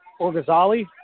Orgazali